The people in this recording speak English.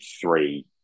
three